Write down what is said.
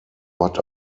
but